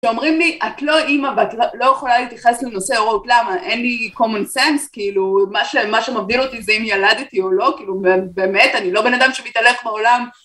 שאומרים לי, את לא אימא, ואת לא יכולה להתייחס לנושא הורות - למה, אין לי common sense, כאילו, מה שמבדיל אותי זה אם ילדתי או לא, כאילו, באמת, אני לא בן אדם שמתהלך בעולם.